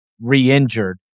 re-injured